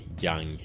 young